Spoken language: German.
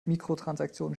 mikrotransaktionen